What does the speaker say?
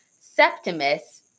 Septimus